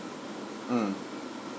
mm